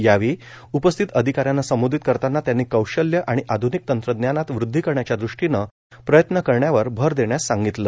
यावेळी उपस्थित अधिकाऱ्यांना संबोधित करतांना त्यांनी कौशल्य आणि आध्निक तंत्रज्ञानात वृद्धी करण्याच्या दृष्टीनं प्रयत्न करण्यावर भर देण्यास सांगितलं